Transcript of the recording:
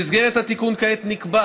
במסגרת התיקון כעת נקבע